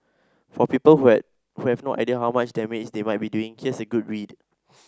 for people who have who have no idea how much damage they might be doing here's a good read